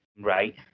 Right